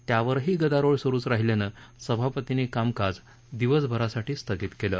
त्यावरही गदारोळ सुरुच राहिल्यानं सभापतींनी कामकाज दिवसभरासाठी स्थगित कलि